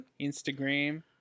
Instagram